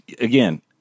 again